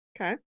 Okay